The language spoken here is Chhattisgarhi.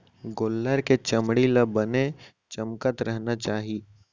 गोल्लर के चमड़ी ल बने चमकत रहना चाही